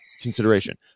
consideration